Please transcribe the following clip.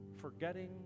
Forgetting